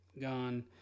gone